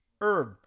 herb